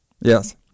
Yes